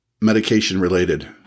medication-related